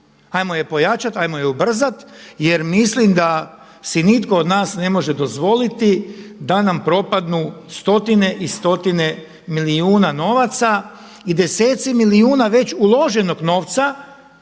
ajmo je pojačat, ajmo je ubrzat jer mislim da si nitko od nas ne može dozvoliti da nam propadnu stotine i stotine milijuna novaca i deseci milijuna već uloženog novca